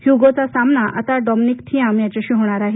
हयुगोचा सामना आता Dominic Thiem यांच्याशी होणार आहे